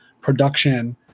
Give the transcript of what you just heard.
production